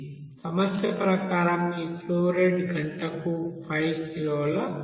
సమస్య ప్రకారం ఈ ఫ్లో రేట్ గంటకు 5 కిలోల మోల్